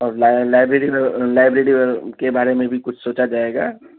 اور ل library library کے بارے میں بھی کچھ سوچا جائے گا